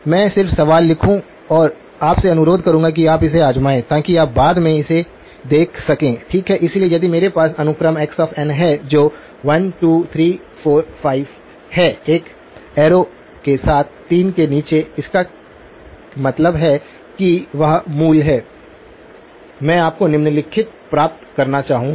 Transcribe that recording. मैं सिर्फ सवाल लिखूंगा और आपसे अनुरोध करूंगा कि आप इसे आजमाएं ताकि आप बाद में इसे देख सकें ठीक है इसलिए यदि मेरे पास अनुक्रम x n है जो 1 2 3 4 5 है एक एरो के साथ 3 के नीचे इसका मतलब है कि वह मूल है मैं आपको निम्नलिखित प्राप्त करना चाहूंगा